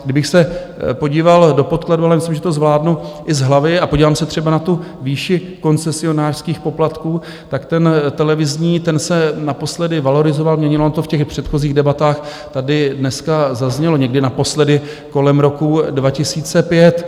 Kdybych se podíval do podkladů, ale myslím, že to zvládnu i z hlavy, a podívám se třeba na tu výši koncesionářských poplatků, tak ten televizní se naposledy valorizoval, to v těch předchozích debatách tady dneska zaznělo, někdy naposledy kolem roku 2005.